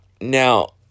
Now